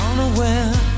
Unaware